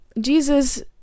Jesus